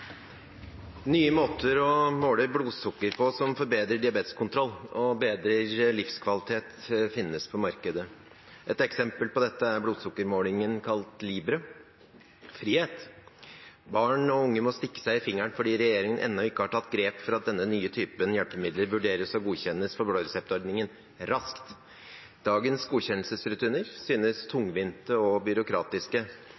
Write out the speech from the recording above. måter å måle blodsukker på som forbedrer diabeteskontroll og bedrer livskvalitet, finnes. Et eksempel på dette er blodsukkermåling kalt Libre-Frihet! Barn må stikke seg i fingeren fordi regjeringen ennå ikke har tatt grep for at denne typen nye hjelpemidler vurderes og godkjennes for blåreseptordningen raskt. Dagens godkjennelsesrutiner synes